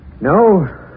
No